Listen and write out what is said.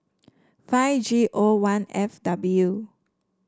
five G O one F W